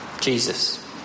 Jesus